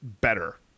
better